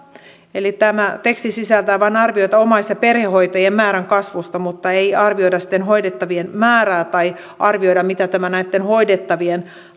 tämä teksti sisältää vain arvioita omais ja perhehoitajien määrän kasvusta mutta ei arvioida hoidettavien määrää tai arvioida mitä tämä näitten hoidettavien